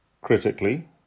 Critically